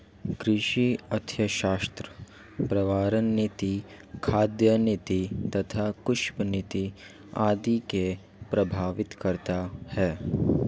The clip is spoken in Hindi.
कृषि अर्थशास्त्र पर्यावरण नीति, खाद्य नीति तथा कृषि नीति आदि को प्रभावित करता है